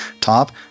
top